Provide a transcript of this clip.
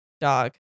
Dog